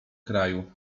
kraju